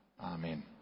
Amen